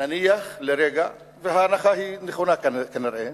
נניח לרגע, וההנחה היא נכונה כנראה,